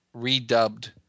redubbed